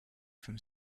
from